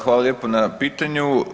Hvala lijepo na pitanju.